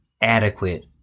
adequate